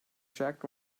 jagged